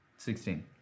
Sixteen